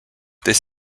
this